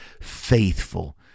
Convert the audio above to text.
faithful